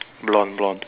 blonde blonde